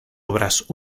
obras